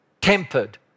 tempered